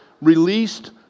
Released